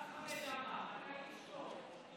השר חמד עמאר, אתה איש טוב.